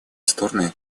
стороны